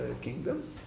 kingdom